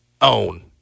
own